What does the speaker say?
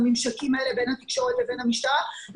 הממשקים האלה בין התקשורת לבין המשטרה,